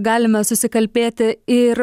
galime susikalbėti ir